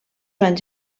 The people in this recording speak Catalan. anys